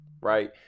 right